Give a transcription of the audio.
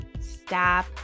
stop